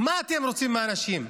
מה אתם רוצים מהאנשים?